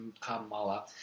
Kamala